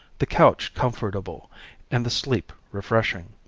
the couch comfortable and the sleep refreshing.